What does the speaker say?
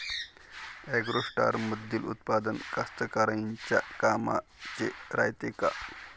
ॲग्रोस्टारमंदील उत्पादन कास्तकाराइच्या कामाचे रायते का?